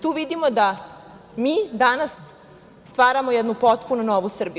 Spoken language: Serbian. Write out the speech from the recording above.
Tu vidimo da mi danas stvaramo jednu potpuno novu Srbiju.